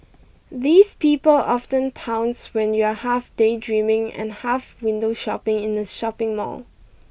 these people often pounce when you're half daydreaming and half window shopping in the shopping mall